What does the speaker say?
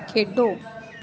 ਖੇਡੋ